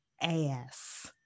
ass